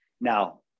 Now